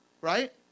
Right